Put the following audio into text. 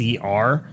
CR